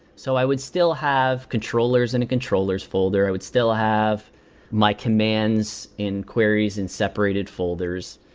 so i would still have controllers in a controllers folder. i would still have my commands in queries in separated folders.